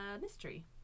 mystery